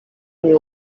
nie